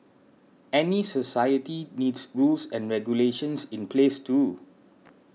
any society needs rules and regulations in place too